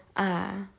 ah